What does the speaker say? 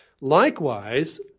Likewise